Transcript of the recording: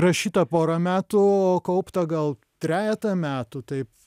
rašyta porą metų kaupta gal trejetą metų taip